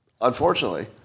Unfortunately